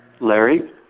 Larry